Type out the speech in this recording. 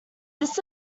this